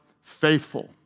faithful